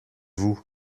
vous